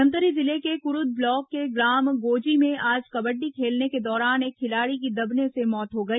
धमतरी जिले के कुरूद ब्लॉक के ग्राम गोजी में आज कबड्डी खेलने के दौरान एक खिलाड़ी की दबने से मौत हो गई